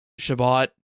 Shabbat